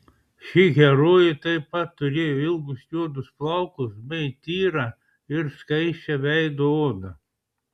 ši herojė taip pat turėjo ilgus juodus plaukus bei tyrą ir skaisčią veido odą